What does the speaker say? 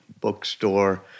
bookstore